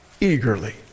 eagerly